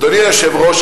אדוני היושב-ראש,